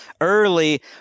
early